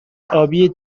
آبی